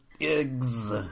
eggs